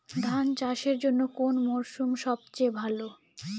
ধান চাষের জন্যে কোন মরশুম সবচেয়ে ভালো?